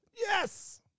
Yes